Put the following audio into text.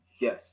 Yes